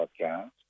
podcast